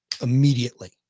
immediately